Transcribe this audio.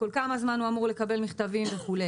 כל כמה זמן הוא אמור לקבל מכתבים וכו'.